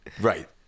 right